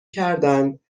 کردند